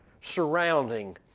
surrounding